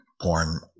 porn